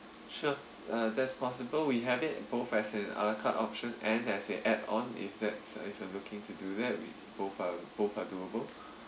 sure uh that's possible we have it both has in a la carte options and has an add-on if that's if you are looking to do that we both are both are doable